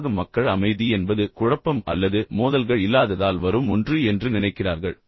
பொதுவாக மக்கள் அமைதி என்பது குழப்பம் அல்லது மோதல்கள் இல்லாததால் வரும் ஒன்று என்று நினைக்கிறார்கள்